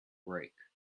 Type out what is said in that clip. break